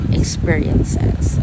experiences